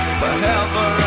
forever